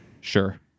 Sure